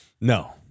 No